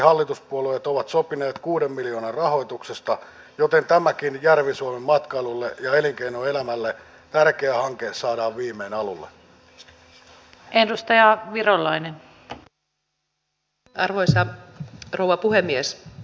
eduskunta antaa siihen kehykset ja sen jälkeen tämä muu työ tehdään tuolla kentällä joko reservin eri toimenpiteissä tai sitten varuskunnissa sotilaiden tekemänä